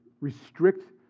restrict